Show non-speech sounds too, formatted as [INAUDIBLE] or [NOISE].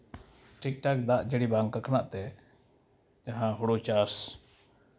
ᱴᱷᱤᱠ ᱴᱷᱟᱠ ᱫᱟᱜ ᱡᱟᱹᱲᱤ ᱵᱟᱝ [UNINTELLIGIBLE] ᱛᱮ ᱡᱟᱦᱟᱸ ᱦᱳᱲᱳ ᱪᱟᱥ